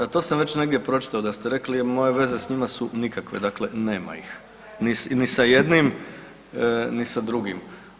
Al to sam već negdje pročitao da ste rekli jer moje veze s njima su nikakve, dakle nema ih, ni sa jednim, ni sa drugim.